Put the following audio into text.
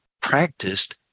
practiced